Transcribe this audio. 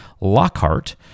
Lockhart